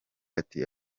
ati